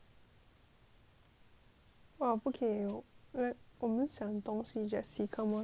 哇不可为我们想东西 jessie come on